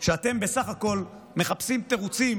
שאתם בסך הכול מחפשים תירוצים